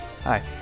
Hi